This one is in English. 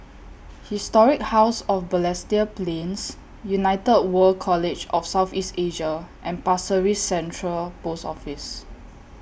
Historic House of Balestier Plains United World College of South East Asia and Pasir Ris Central Post Office